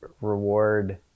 reward